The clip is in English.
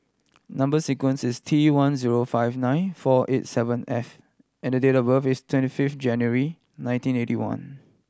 number sequence is T one zero five nine four eight seven F and date of birth is twenty fifth January nineteen eighty one